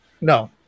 No